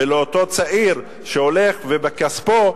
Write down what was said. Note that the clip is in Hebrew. ואותו צעיר שהולך ובכספו,